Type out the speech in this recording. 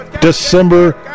December